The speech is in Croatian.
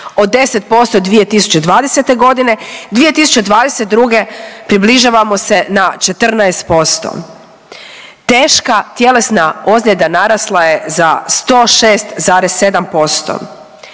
Od 10% 2020. godine 2022. približavamo se na 14%. Teška tjelesna ozljeda narasla je za 106,7%,